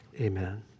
Amen